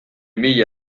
mila